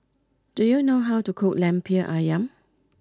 do you know how to cook Lemper Ayam